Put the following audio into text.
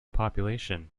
population